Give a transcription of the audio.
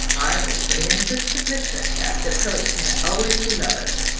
i wish for the interests of literature, that poets may always be lovers,